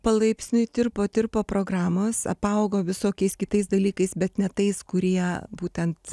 palaipsniui tirpo tirpo programos apaugo visokiais kitais dalykais bet ne tais kurie būtent